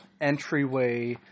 entryway